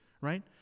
right